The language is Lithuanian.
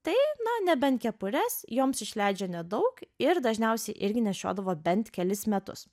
tai na nebent kepures joms išleidžia nedaug ir dažniausiai irgi nešiodavo bent kelis metus